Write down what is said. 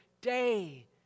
day